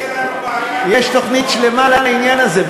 יש תוכנית שלמה לעניין הזה,